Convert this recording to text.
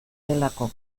delako